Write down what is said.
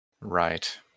Right